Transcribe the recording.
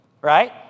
Right